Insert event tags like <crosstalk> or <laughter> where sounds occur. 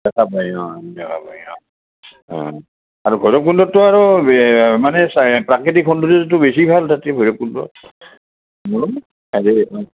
<unintelligible> আৰু ভৈৰৱকুণ্ডটো আৰু মানে প্ৰাকৃতিক সৌন্দৰ্যটো বেছি ভাল তাতে ভৈৰৱকুণ্ডত